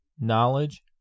knowledge